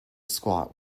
squat